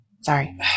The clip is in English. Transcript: Sorry